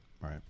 Right